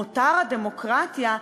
מותר הדמוקרטיה,